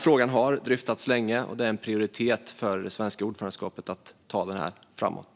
Frågan har dryftats länge, och det är en prioritet för det svenska ordförandeskapet att ta den framåt.